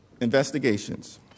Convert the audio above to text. investigations